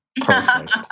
Perfect